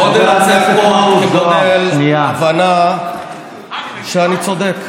גודל הצעקות כגודל ההבנה שאני צודק,